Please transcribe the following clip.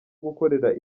gukorera